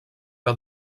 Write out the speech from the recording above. que